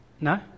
No